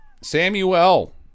Samuel